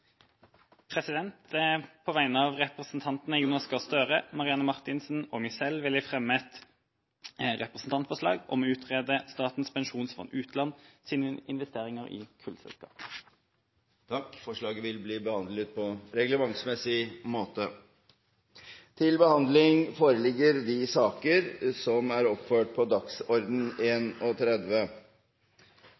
På vegne av representantene Jonas Gahr Støre, Marianne Marthinsen og meg selv vil jeg fremme et representantforslag om å utrede Statens pensjonsfond utland sine investeringer i kullselskaper. Forslaget vil bli behandlet på reglementsmessig måte. Jeg ber om ordet fordi tømmerforordningssaken som en enstemmig komité ønsker at vi slutter oss til, er